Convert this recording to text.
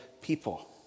people